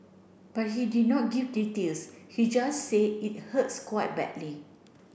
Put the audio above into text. but he did not give details he just said it hurts quite badly